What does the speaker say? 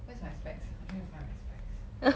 where's my specs I'm trying to find my specs